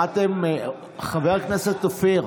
חבר הכנסת אופיר,